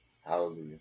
Hallelujah